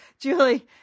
Julie